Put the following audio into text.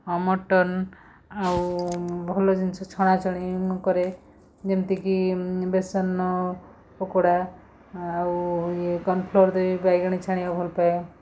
mutton ଆଉ ଭଲ ଜିନିଷ ଛଣାଛଣି ମୁଁ କରେ ଯେମିତିକି ବେସନ ପକୋଡ଼ା ଆଉ ଇଏ କର୍ଣ୍ଣ ଫ୍ଲୋର୍ ଦେଇ ବାଇଗଣି ଛାଣିବାକୁ ଭଲପାଏ